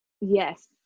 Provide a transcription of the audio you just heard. Yes